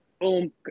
Boom